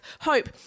hope